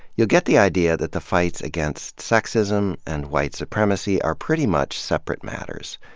you'll get the idea that the fights against sexism and white supremacy are pretty much separate matters.